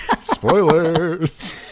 Spoilers